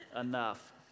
enough